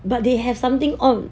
but they have something on